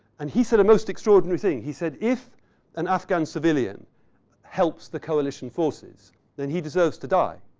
and he said a most extraordinary thing. he said, if an afghan civilian helps the coalition forces then he deserves to die.